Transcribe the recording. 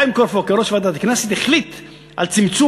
חיים קורפו כיושב-ראש ועדת הכנסת החליט על צמצום